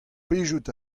plijout